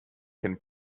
can